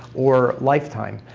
or lifetime.